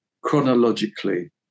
chronologically